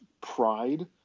pride